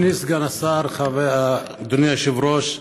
אדוני סגן השר, אדוני היושב-ראש,